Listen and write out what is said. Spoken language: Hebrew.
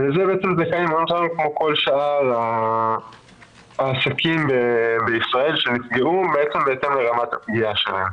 זה כמו כל שאר העסקים בישראל שנפגעו בהתאם לרמת הפגיעה שלהם.